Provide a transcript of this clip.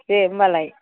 दे होनबालाय